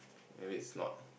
if it's not